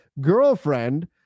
girlfriend